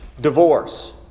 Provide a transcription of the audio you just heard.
divorce